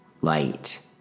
light